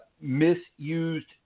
misused